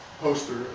poster